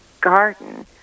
garden